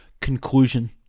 Conclusion